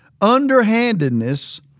underhandedness